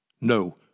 No